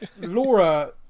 Laura